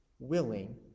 willing